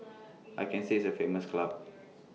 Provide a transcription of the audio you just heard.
I can say it's A famous club